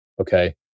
Okay